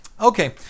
Okay